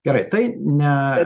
gerai tai ne